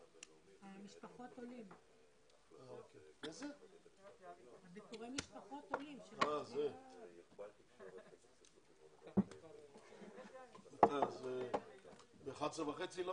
11:00.